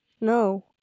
No